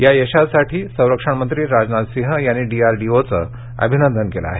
या यशासाठी संरक्षण मंत्री राजनाथ सिंह यांनी डीआरडीओच अभिनंदन केलं आहे